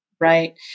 right